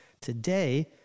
Today